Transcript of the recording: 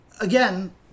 again